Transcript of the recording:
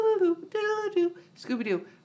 Scooby-Doo